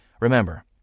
Remember